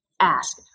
ask